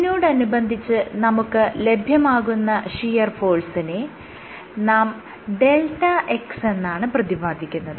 ഇതിനോടനുബന്ധിച്ച് നമുക്ക് ലഭ്യമാകുന്ന ഷിയർ ഫോഴ്സിനെ നാം δx എന്നാണ് പ്രതിപാദിക്കുന്നത്